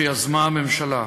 שיזמה הממשלה.